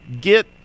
get